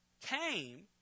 came